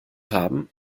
haben